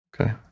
Okay